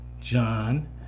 John